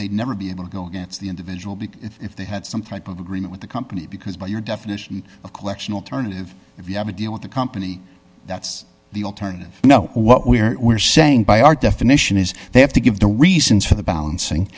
turn never be able to go against the individual be they had some type of agreement with the company because by your definition of collection alternative if you have a deal with the company that's the alternative no what we were saying by our definition is they have to give the reasons for the balancing